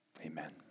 amen